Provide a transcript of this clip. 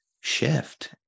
shift